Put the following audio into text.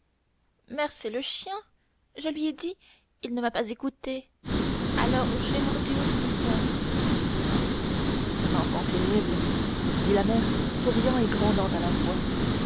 c'est le chien je lui ai dit il ne m'a pas écouté alors j'ai mordu aussi tiens c'est un enfant terrible dit la mère souriant et grondant à la fois